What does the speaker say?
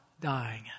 dying